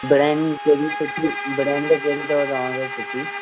brand कहिड़ी सुठी brand कहिड़ी अथव तव्हांखे सुठी